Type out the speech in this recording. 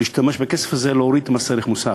להשתמש בכסף הזה כדי להוריד את מס ערך מוסף.